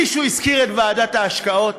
מישהו הזכיר את ועדת ההשקעות?